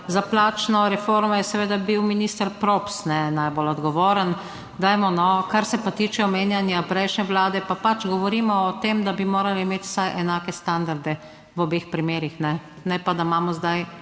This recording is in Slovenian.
Za plačno reformo je seveda bil minister Props najbolj odgovoren. Kar se pa tiče omenjanja prejšnje vlade, pa pač govorimo o tem, da bi morali imeti vsaj enake standarde v obeh primerih, ne pa da imamo zdaj